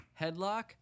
Headlock